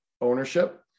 ownership